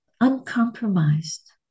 uncompromised